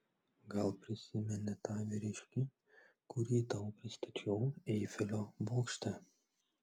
gal prisimeni tą vyriškį kurį tau pristačiau eifelio bokšte